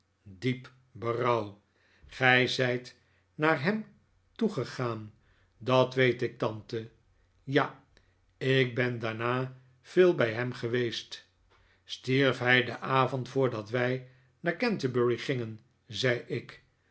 diep berouw gij zijt naar hem toe gegaan dat weet ik tante ja ik ben daarna veel bij hem geweest stierf hij den avond voordat wij naar canterbury gingen zei ik